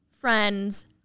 friends